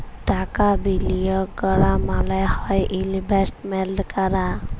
টাকা বিলিয়গ ক্যরা মালে হ্যয় ইলভেস্টমেল্ট ক্যরা